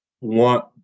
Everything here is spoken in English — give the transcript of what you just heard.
want